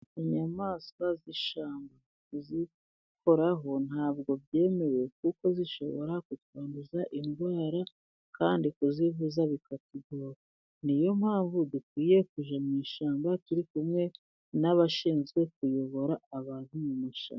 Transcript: Inyamaswa z'ishyamba kuzikoraho ntabwo byemewe kuko zishobora kuduteza indwara, kandi kuzivuza bikatugora. Niyo mpamvu dukwiye kujya mu ishyamba turi kumwe n'abashinzwe kuyobora abantu mu mashyamba.